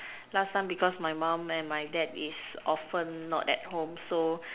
last time because my mum and my dad is often not at home so